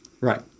Right